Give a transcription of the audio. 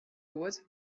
goed